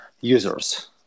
users